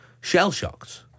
shell-shocked